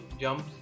jumps